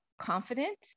confident